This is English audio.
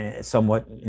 somewhat